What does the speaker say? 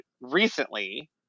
recently